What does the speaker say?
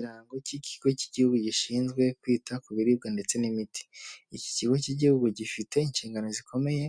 Ikirango cy'ikigo cy'igihugu gishinzwe kwita ku biribwa ndetse n'imiti. Iki kigo cy'igihugu gifite inshingano zikomeye